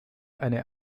eine